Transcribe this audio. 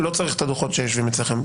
לא צריך את הדוחות שיושבים אצלכם.